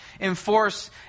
enforce